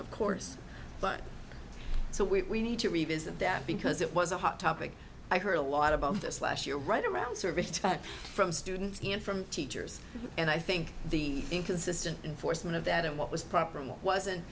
of course but so we need to revisit that because it was a hot topic i heard a lot about this last year right around service attacks from students and from teachers and i think the inconsistent enforcement of that and what was proper